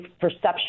perception